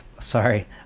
Sorry